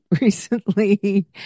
recently